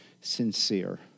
sincere